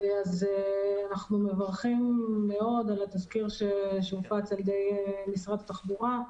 אנחנו מברכים מאוד על התזכיר שהופץ על ידי משרד התחבורה.